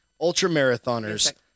Ultra-marathoners